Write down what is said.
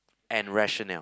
and rationale